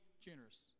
generous